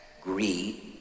greed